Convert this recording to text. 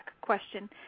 question